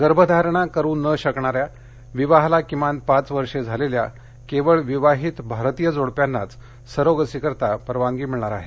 गर्भधारणा करू न शकणाऱ्या विवाहाला किमान पाच वर्षे झालेल्या केवळ विवाहित भारतीय जोडप्यांनाच सरोगसीकरिता परवानगी मिळणार आहे